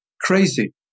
crazy